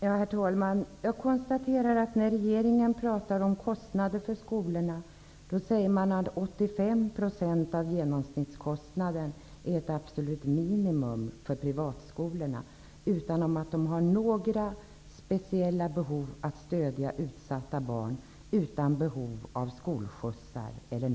Herr talman! Jag konstaterar att när regeringen talar om kostnader för skolorna säger man att 85 % av genomsnittskostnaden är ett absolut minimum för privatskolorna utan att de har några speciella behov för att stödja utsatta barn och inga behov av skolskjutsar m.m.